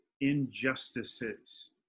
injustices